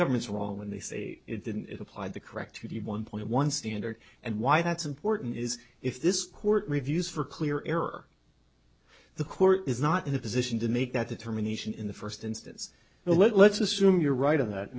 government's wrong when they say it didn't apply the correct one point one standard and why that's important is if this court reviews for clear error the court is not in a position to make that determination in the first instance let's assume you're right in that